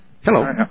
hello